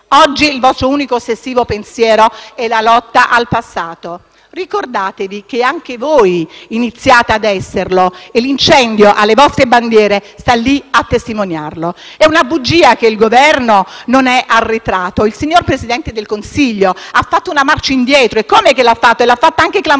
Oggi il vostro unico ossessivo pensiero è la lotta al passato. Ricordate che anche voi iniziate ad esserlo e l'incendio alle vostre bandiere sta lì a testimoniarlo. È una bugia dire che il Governo non sia arretrato. Il signor Presidente del Consiglio ha fatto una marcia indietro clamorosa, perché la sua manovra iniziale